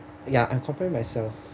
ya I'm comparing myself